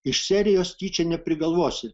iš serijos tyčia neprigalvosi